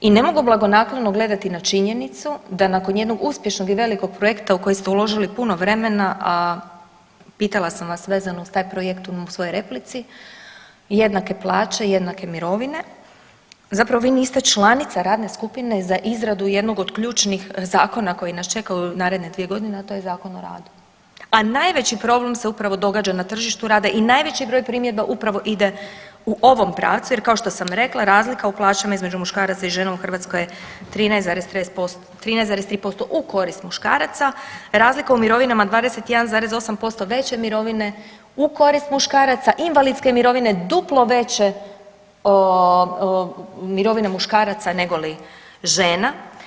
I ne mogu blagonaklono gledati na činjenicu da nakon jednog uspješnog i velikog projekta u koji ste uložili puno vremena, a pitala sam vas vezano uz taj projekt u svojoj replici, jednake plaće, jednake mirovine, zapravo vi niste članica radne skupine za izradu jednog od ključnih zakona koji nas čekaju u naredne 2.g., a to je Zakon o radu, a najveći problem se upravo događa na tržištu rada i najveći broj primjedba upravo ide u ovom pravcu jer kao što sam rekla razlika u plaćama između muškaraca i žena u Hrvatskoj je 13,3% u korist muškaraca, razlika u mirovinama 21,8% veće mirovine u korist muškaraca, invalidske mirovine duplo veće mirovine muškaraca negoli žena.